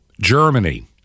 Germany